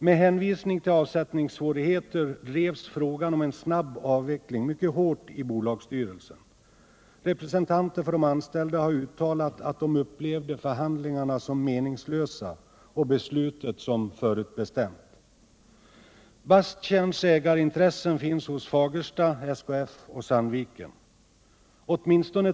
Med hänvisning till avsättningssvårigheter drevs frågan om en snabb avveckling mycket hårt i bolagsstyrelsen. Representanter för de antällda har uttalat att de upplevde förhandlingarna som meningslösa och beslutet som förutbestämt.